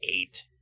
eight